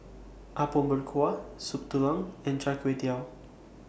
Apom Berkuah Soup Tulang and Char Kway Teow